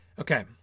Okay